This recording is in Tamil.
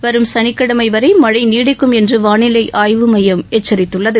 வரும் சனிக்கிழமை வரை மழை நீடிக்கும் என்று வானிலை ஆய்வு மையம் எச்சித்துள்ளது